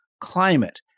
climate